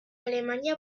alemania